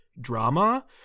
drama